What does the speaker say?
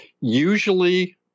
Usually